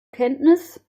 kenntnis